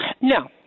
No